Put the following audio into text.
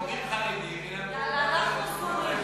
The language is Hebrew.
מורים חרדים ילמדו בבתי-ספר,